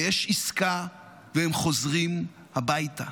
ויש עסקה והם חוזרים הביתה.